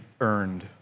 earned